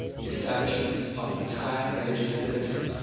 the establishment of entire religious liberty.